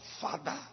father